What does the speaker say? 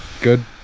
Good